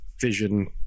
vision